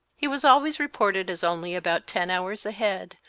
he was always reported as only about ten hours ahead,